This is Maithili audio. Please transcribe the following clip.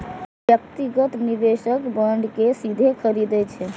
व्यक्तिगत निवेशक बांड कें सीधे खरीदै छै